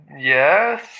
Yes